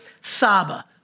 Saba